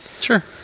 Sure